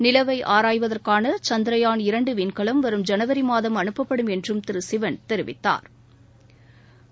நிலவை ஆராய்வதற்கானசந்த்ரயான் இரண்டுவிண்கலம் வரும் ஐனவரிமாதம் அனுப்பப்படும் என்றும் திருசிவன் தெரிவித்தாா்